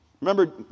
Remember